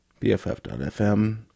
BFF.fm